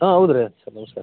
ಹಾಂ ಹೌದು ರೀ ನಮ್ಸ್ಕಾರ